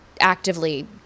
actively